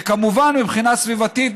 וכמובן מבחינה סביבתית,